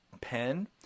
pen